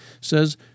says